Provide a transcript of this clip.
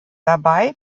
dabei